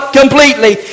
completely